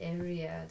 area